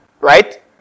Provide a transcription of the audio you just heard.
Right